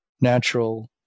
natural